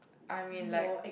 I mean like